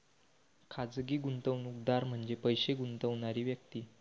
खाजगी गुंतवणूकदार म्हणजे पैसे गुंतवणारी व्यक्ती